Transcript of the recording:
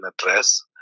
address